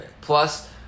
Plus